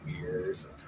years